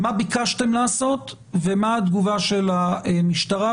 מה ביקשתם לעשות, ומה התגובה של המשטרה.